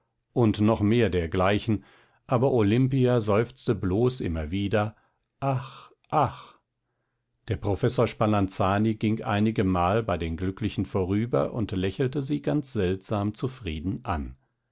und noch mehr dergleichen aber olimpia seufzte bloß immer wieder ach ach der professor spalanzani ging einigemal bei den glücklichen vorüber und lächelte sie ganz seltsam zufrieden an